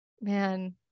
Man